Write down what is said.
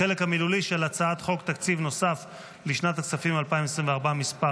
החלק המילולי של הצעת חוק תקציב נוסף לשנת הכספים 2024 (מס'